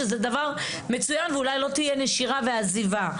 שזה דבר מצוין ואולי לא תהיה נשירה ועזיבה.